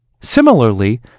Similarly